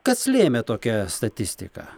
kas lėmė tokią statistiką